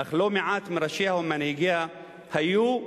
אך לא מעט מראשיה ומנהיגיה היו,